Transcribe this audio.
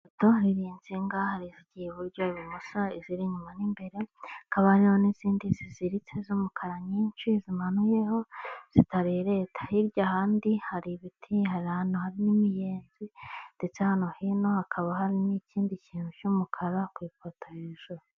Ipoto iriho insinga hari izigiye iburyo ibumoso iziri inyuma n'imbere hakab hariho n'izindi ziziritse z'umukara nyinshi zimanuyeho zitarereta, hirya kandi hari ibiti hari ahantu hari n'imiyenzi ndetse hano hino hakaba hari n'ikindi kintu cy'umukara ku ipoto hejuru.